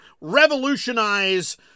revolutionize